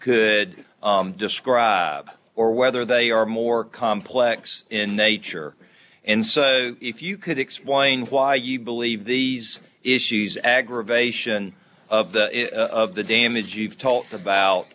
could describe or whether they are more complex in nature and so if you could explain why you believe these issues aggravation of the of the damage you've talked about